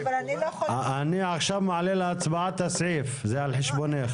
אני מעלה להצבעה את הסתייגות מספר 72 לסעיף 1. הצבעה לא